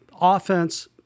Offense